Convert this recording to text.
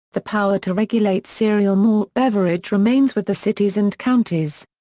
the power to regulate cereal malt beverage remains with the cities and counties.